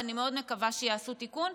ואני מאוד מקווה שיעשו תיקון.